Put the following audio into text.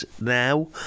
now